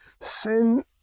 Sin